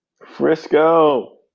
Frisco